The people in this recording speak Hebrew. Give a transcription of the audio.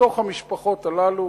בקרב המשפחות הללו